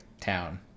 town